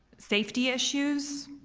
safety issues.